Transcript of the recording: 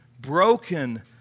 broken